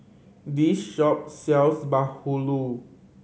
this shop sells bahulu